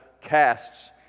casts